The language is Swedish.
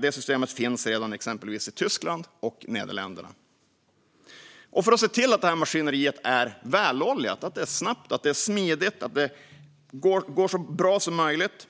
Det systemet finns redan i exempelvis Tyskland och Nederländerna. För att se till att maskineriet är väloljat, snabbt, smidigt och går så bra som möjligt